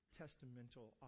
testamental